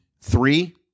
three